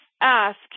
ask